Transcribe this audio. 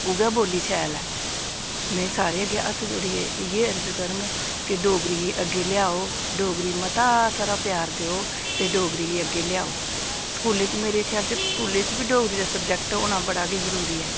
उ'यै बोली शैल ऐ में सारें हत्थ जोड़ियै इ'यै अर्ज करङ कि डोगरी गी अग्गें लेआओ डोगरी मता सारा प्यार देओ ते डोगरी गी अग्गें लेआओ स्कूलें च मेरे ख्याल च ते स्कूलें च बी डोगरी दा सब्जैक्ट होना बड़ा गै जरूरी ऐ